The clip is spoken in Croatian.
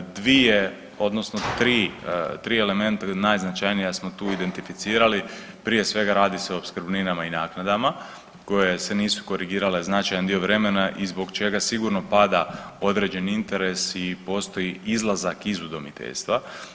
Dvije odnosno tri elementa najznačajnija smo tu identificirali, prije svega radi se o opskrbninama i naknadama koje se nisu korigirale značajan dio vremena i zbog čega sigurno pada određeni interes i postoji izlazak iz udomiteljstva.